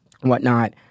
whatnot